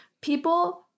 people